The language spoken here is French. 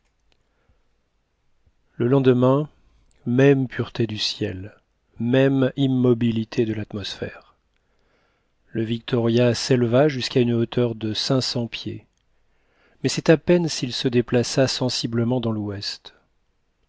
le lendemain même pureté du ciel même immobilité de l'atmosphère le victoria s'éleva jusqu'à une hauteur de cinq cents pieds mais c'est à peine s'il se déplaça sensiblement dans l'ouest